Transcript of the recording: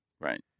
Right